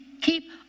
keep